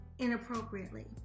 inappropriately